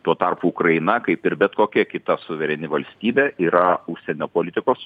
tuo tarpu ukraina kaip ir bet kokia kita suvereni valstybė yra užsienio politikos